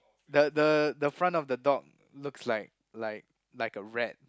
the the the front of the dog looks like like like a rat